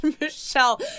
Michelle